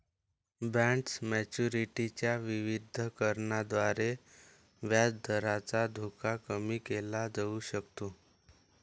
bond maturity च्या विविधीकरणाद्वारे व्याजदराचा धोका कमी केला जाऊ शकतो